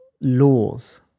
laws